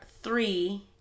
three